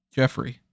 Jeffrey